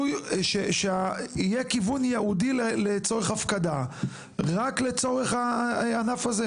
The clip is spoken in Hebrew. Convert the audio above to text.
שיהיה כיוון ייעודי לצורך הפקדה רק לצורך הענף הזה?